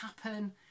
happen